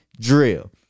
drill